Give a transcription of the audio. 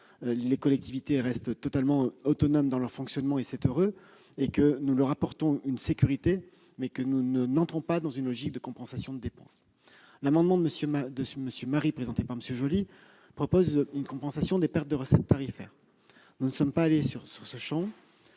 les collectivités restent totalement autonomes dans leur fonctionnement- et c'est heureux ! Nous leur apportons une sécurité, mais nous n'entrons pas dans une logique de compensation de dépenses. L'amendement de M. Marie présenté par M. Joly vise à proposer une compensation des pertes de recettes tarifaires. Nous ne sommes pas entrés sur ce